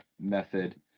method